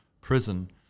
prison